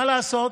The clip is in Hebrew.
מה לעשות?